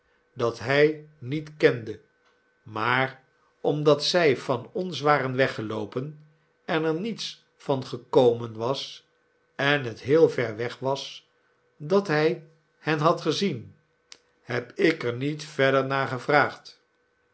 dat hij niet kende maar omdat zij van ons waren weggeloopen en er niets van gekomen was en het heel ver weg was dat hij hen ha d gezien heb ik er niet verder naar gevraagd